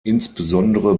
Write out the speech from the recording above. insbesondere